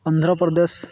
Andhra Pradesh